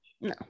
no